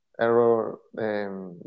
error